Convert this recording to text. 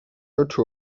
oczy